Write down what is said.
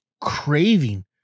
craving